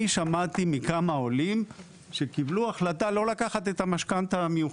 אני שמעתי מכמה עולים שקיבלו החלטה לא לקחת את המשכנתא המיוחדת.